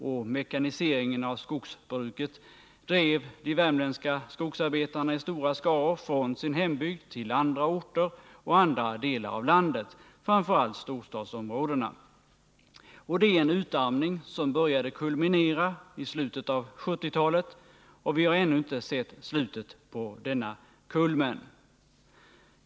Och mekaniseringen av skogsbruket drev de värmländska skogsarbetarna i stora skaror från deras hembygd till andra orter och andra delar av landet, framför allt till storstadsområdena. Det är en utarmning som började kulminera i slutet av 1970-talet, men vi har ännu inte sett slutet på denna kulmen.